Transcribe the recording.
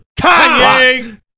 Kanye